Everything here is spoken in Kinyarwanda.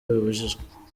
bibujijwe